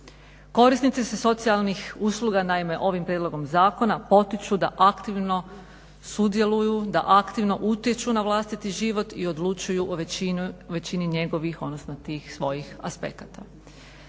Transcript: Korisnici se socijalnih usluga naime ovim prijedlogom zakona potiču da aktivno sudjeluju, da aktivno utječu na vlastiti život i odlučuju o većini njegovih odnosno tih svojih aspekata.